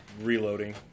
reloading